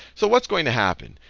so what's going to happen?